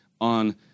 on